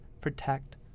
protect